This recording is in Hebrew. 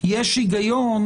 יש הגיון,